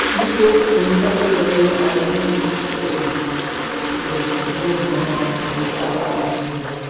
یوں تو پرنٹر کے ذریعہ اور بھی لوگ جو ہیں اپنے روزگار سے بھی اس کو جو ہے